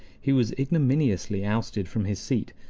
he was ignominiously ousted from his seat,